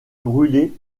brulé